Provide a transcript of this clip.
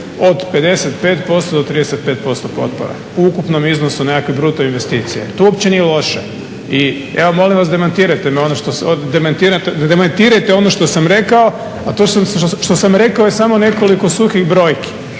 od 55% do 35% potpora u ukupnom iznosu neke bruto investicije. To uopće nije loše. I ja molim vas demantirajte ono što sam rekao, a to što sam rekao je samo nekoliko suhih brojki